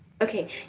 Okay